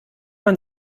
man